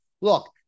Look